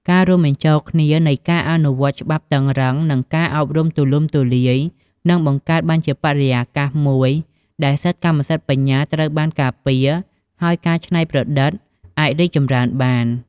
ការរួមបញ្ចូលគ្នានៃការអនុវត្តច្បាប់តឹងរ៉ឹង និងការអប់រំទូលំទូលាយ នឹងបង្កើតបានជាបរិយាកាសមួយដែលសិទ្ធិកម្មសិទ្ធិបញ្ញាត្រូវបានការពារ ហើយការច្នៃប្រឌិតអាចរីកចម្រើនបាន។